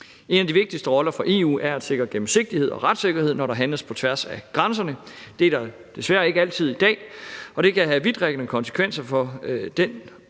En af de vigtigste roller for EU er at sikre gennemsigtighed og retssikkerhed, når der handles på tværs af grænserne. Det er der desværre ikke altid i dag, og det kan have vidtrækkende konsekvenser for de